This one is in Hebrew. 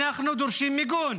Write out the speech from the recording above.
אנחנו דורשים מיגון,